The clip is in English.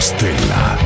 Stella